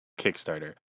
Kickstarter